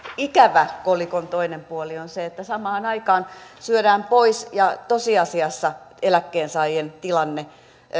ikävä kolikon toinen puoli on se että samaan aikaan syödään pois ja tosiasiassa eläkkeensaajien tilanne